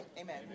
Amen